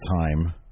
time